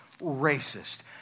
racist